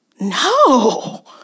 No